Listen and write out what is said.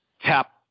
tap